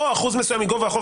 או אחוז מסוים מגובה החוב,